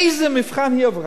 איזה מבחן היא עברה?